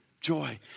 Joy